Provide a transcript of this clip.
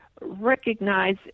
recognize